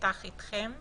נפתח אתכם בקצרה,